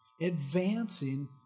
advancing